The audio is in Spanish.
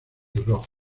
rojo